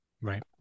Right